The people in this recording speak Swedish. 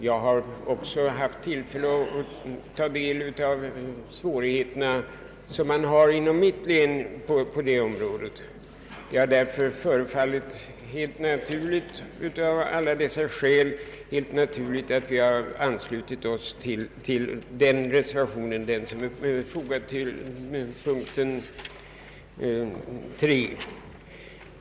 Jag har haft tillfälle att ta del av de svårigheter som man har också inom mitt län på detta område. Det har av alla dessa skäl förefallit helt naturligt att vi anslutit oss till den reservation som är fogad vid punkten 3.